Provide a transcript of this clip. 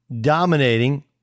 dominating